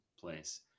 place